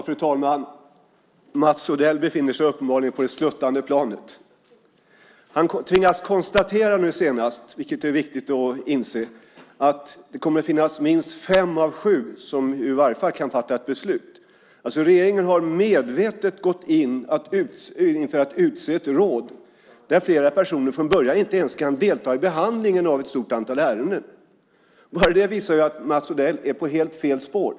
Fru talman! Mats Odell befinner sig uppenbarligen på det sluttande planet. Han tvingas nu senast konstatera, vilket är viktigt att inse, att det kommer att finnas minst fem av sju som i varje fall kan fatta ett beslut. Regeringen har alltså medvetet gått in för att utse ett råd där flera personer från början inte ens kan delta i behandlingen av ett stort antal ärenden. Bara det visar att Mats Odell är på helt fel spår.